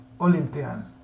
Olympian